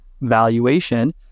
valuation